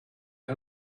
had